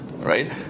right